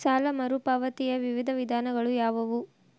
ಸಾಲ ಮರುಪಾವತಿಯ ವಿವಿಧ ವಿಧಾನಗಳು ಯಾವುವು?